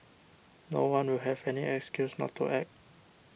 no one will have any excuse not to act